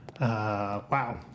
Wow